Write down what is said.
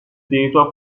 territoire